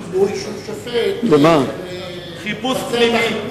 קצין משטרה או שופט, תלוי בסוג החיפוש.